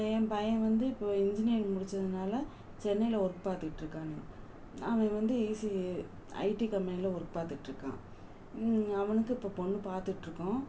என் பையன் வந்து இப்போ இன்ஜினியரிங் முடிச்சதனால சென்னையில ஒர்க் பார்த்துக்கிட்டு இருக்காங்கள் அவன் வந்து ஈசிஈ ஐடி கம்பெனியில ஒர்க் பார்த்துக்கிட்டு இருக்கான் அவனுக்கு இப்போ பொண்ணு பார்த்துட்ருக்கோம்